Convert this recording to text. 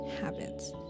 habits